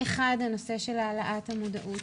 אחד הנושא של העלאת המודעות,